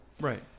Right